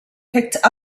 picked